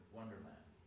Wonderland